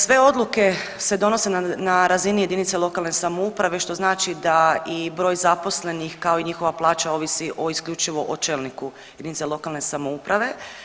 Sve odluke se donose na razini lokalne samouprave što znači da i broj zaposlenih kao i njihova plaća ovisi isključivo o čelniku jedinice lokalne samouprave.